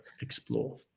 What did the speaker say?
explore